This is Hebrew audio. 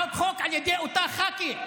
הצעות חוק על ידי אותה ח"כית.